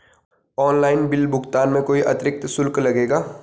Online bill भुगतान में कोई अतिरिक्त शुल्क लगेगा?